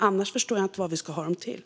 Annars förstår jag inte vad vi ska ha dem till.